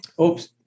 oops